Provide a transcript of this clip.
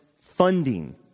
funding